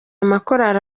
amakorali